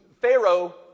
Pharaoh